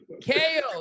kale